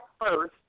first